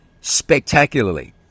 spectacularly